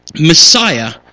Messiah